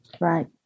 Right